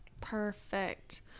Perfect